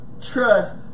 trust